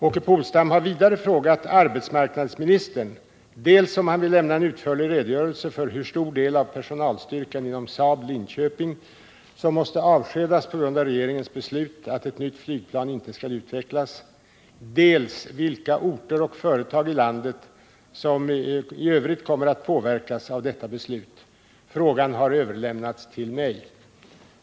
Åke Polstam har vidare frågat arbetsmarknadsministern dels om han vill lämna en utförlig redogörelse för hur stor del av personalstyrkan inom Saab, Linköping, som måste avskedas på grund av regeringens beslut att ett nytt Nygplan inte skall utvecklas, dels vilka orter och företag i landet som i övrigt kommer att påverkas av detta beslut. Frågan har överlämnats till mig.